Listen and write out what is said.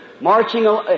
marching